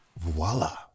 Voila